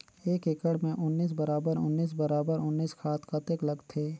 एक एकड़ मे उन्नीस बराबर उन्नीस बराबर उन्नीस खाद कतेक लगथे?